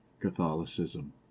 Catholicism